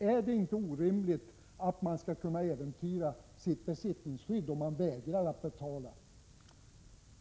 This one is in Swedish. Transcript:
Är det inte orimligt att man skall kunna äventyra sitt 1 besittningsskydd, om man vägrar att betala för en anslutning som man inte vill ha?